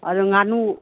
ꯑꯗꯨ ꯉꯥꯅꯨ